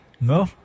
No